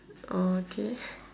okay